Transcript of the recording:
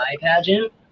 pageant